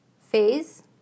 phase